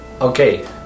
Okay